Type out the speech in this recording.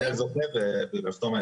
לא יכולים להודיע על זוכה ולחתום על הסכם.